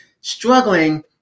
struggling